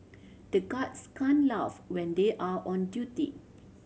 the guards can't laugh when they are on duty